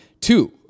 two